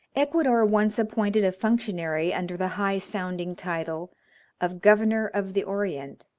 ecuador once appointed a functionary under the high-sounding title of governor of the orient,